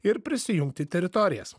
ir prisijungti teritorijas